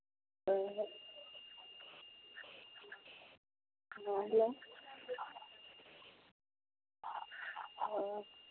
हाँ हेलो